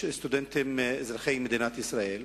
יש סטודנטים אזרחי מדינת ישראל,